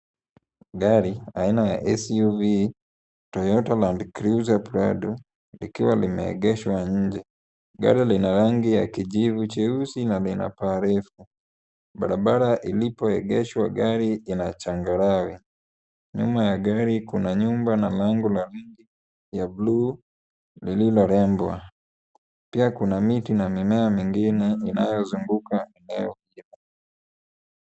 Gari aina ya SUV Toyota Land Cruiser Prado likiwa limeegeshwa nje. Gari lina rangi ya kijivu cheusi na lina paa refu. Barabara ilipoegeshwa gari ina changarawe. Nyuma ya gari kuna nyumba na lango la nje la blue lililorembwa, pia kuna miti na mimea mengine inayozunguka eneo hilo.